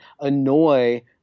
annoy